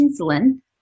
insulin